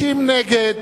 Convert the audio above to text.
60 נגד,